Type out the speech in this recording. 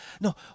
No